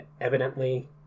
evidently